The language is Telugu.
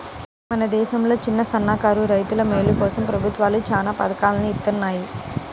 మన దేశంలో చిన్నసన్నకారు రైతుల మేలు కోసం ప్రభుత్వాలు చానా పథకాల్ని ఇత్తన్నాయి